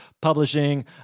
publishing